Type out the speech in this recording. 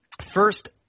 first